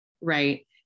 right